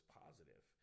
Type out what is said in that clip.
positive